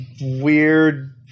weird